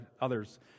others